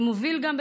ובהכרח מוביל גם,